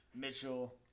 Mitchell